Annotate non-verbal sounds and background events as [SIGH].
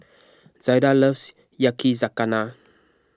[NOISE] Zaida loves Yakizakana